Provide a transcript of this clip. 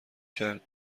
کرد